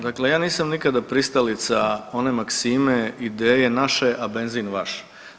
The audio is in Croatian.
Dakle, ja nisam nikada pristalica one maksime i ideje naše, a benzin vaš.